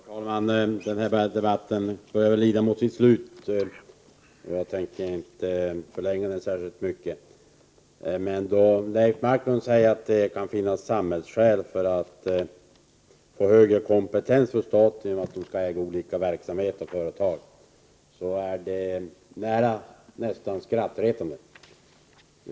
Herr talman! Den här debatten börjar lida mot sitt slut, och jag tänker inte förlänga den särskilt mycket. Leif Marklund säger att det kan finnas samhälleliga skäl till statligt ägande och att staten får en högre kompetens genom att den äger företag med olika verksamheter. Detta är nästan skrattretande.